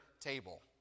table